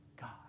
God